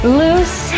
loose